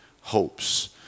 hopes